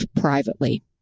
privately